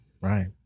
Right